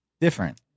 Different